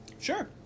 Sure